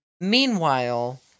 Meanwhile